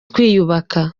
twiyubaka